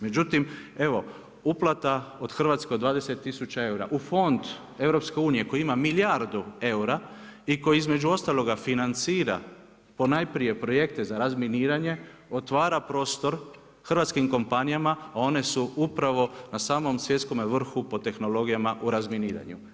Međutim, evo, upravo od Hrvatske 20000 eura, u fond EU, koji ima milijardu eura i koji između ostaloga financira ponajprije projekte za razminiranje, otvara prostor hrvatskim kompanija, a one su upravo na samome svjetskome vrhu po tehnologijama u razminiranju.